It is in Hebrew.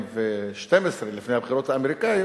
לפני הבחירות האמריקניות